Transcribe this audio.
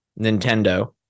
Nintendo